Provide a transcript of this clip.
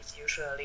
usually